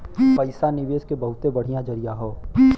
पइसा निवेस के बहुते बढ़िया जरिया हौ